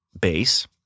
base